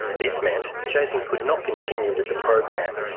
this meant jason could not continue with the program.